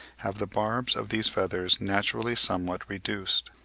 have the barbs of these feathers naturally somewhat reduced.